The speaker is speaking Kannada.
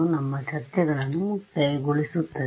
ನಮ್ಮ ಚರ್ಚೆಗಳನ್ನು ಮುಕ್ತಾಯಗೊಳಿಸುತ್ತದೆ